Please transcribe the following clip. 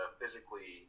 physically